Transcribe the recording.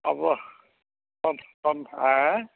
अब अब अब एं